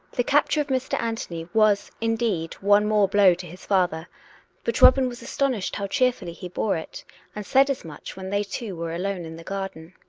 the capture of mr. anthony was, indeed, one more blow to his father but robin was astonished how cheerfully he bore it and said as much when they two were alone in the garden.